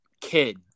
kid